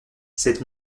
cette